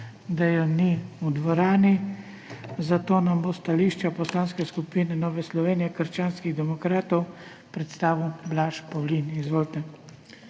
je ni v dvorani. Zato nam bo stališče Poslanske skupine Nove Slovenije – krščanskih demokratov predstavil Blaž Pavlin. Izvolite.